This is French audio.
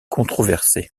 controversée